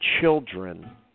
children